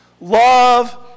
love